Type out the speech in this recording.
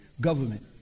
government